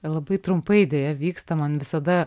labai trumpai deja vyksta man visada